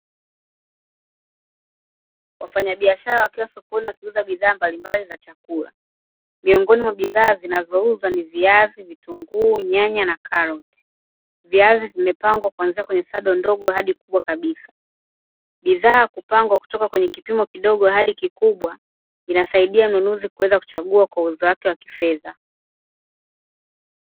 Wafanyabiashara wakiwa sokoni wakiuza bidhaa mbalimbali za chakula, miongoni mwa bidhaa zinazouzwa ni; viazi, vitunguu, nyanya na karoti. Viazi vimepangwa kuanzia sado ndogo mpaka kubwa kabisa, bidhaa hupangwa kutoka kwenye kipimo kidogo hadi kikubwa, kinamsaidia mnunuzi kuweza kuchagua kwa uwezo wake wa kifedha.